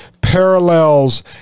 parallels